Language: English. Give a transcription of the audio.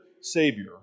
Savior